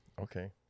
Okay